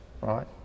right